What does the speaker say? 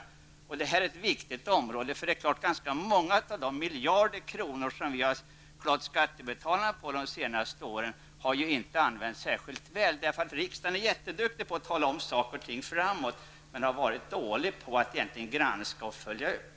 Det här är ett viktigt område. Ganska många av de miljarder som vi har klått skattebetalarna på under de senaste åren har inte använts särskilt väl. Riksdagen visar stor skicklighet när det gäller att tala om saker som gäller framtiden. Men riksdagen är dålig på att granska och följa upp.